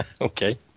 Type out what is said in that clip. Okay